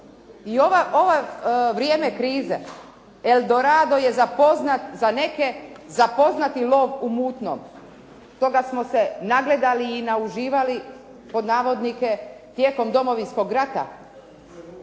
I ovo vrijeme krize, Eldorado je poznat za neke za poznati lov u mutnom. Toga smo se "nagledali i nauživali" tijekom Domovinskog rata